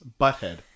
butthead